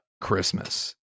Christmas